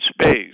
space